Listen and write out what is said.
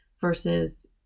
versus